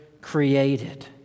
created